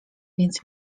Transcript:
więc